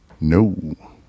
No